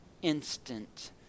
instant